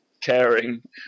caring